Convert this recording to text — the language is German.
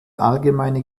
allgemeine